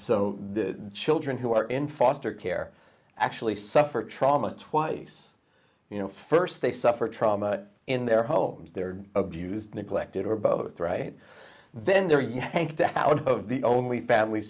so the children who are in foster care actually suffer trauma twice you know first they suffer trauma in their homes they're abused neglected or both right then they're yanked out of the only family